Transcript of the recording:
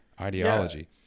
ideology